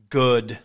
good